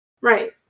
Right